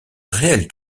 réel